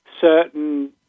certain